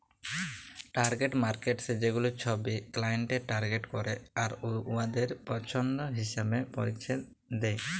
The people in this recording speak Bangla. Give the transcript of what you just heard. টার্গেট মার্কেটস ছেগুলা ছব ক্লায়েন্টদের টার্গেট ক্যরে আর উয়াদের পছল্দ হিঁছাবে পরিছেবা দেয়